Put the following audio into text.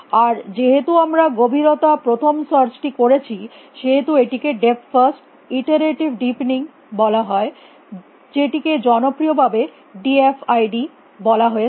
আর যেহেতু আমরা গভীরতা প্রথম সার্চ টি করছি সেহেতু এটিকে ডেপথ ফার্স্ট ইটেরেটিভ ডিপেনিং বলা হয় যেটিকে জনপ্রিয় ভাবে ডি এফ আই ডি বলা হয়ে থাকে